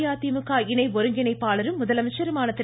அஇஅதிமுக இணை ஒருங்கிணைப்பாளரும் முதலமைச்சருமான திரு